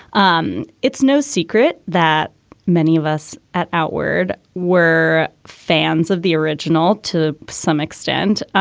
um it's no secret that many of us at outward were fans of the original. to some extent,